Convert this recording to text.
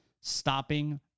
stopping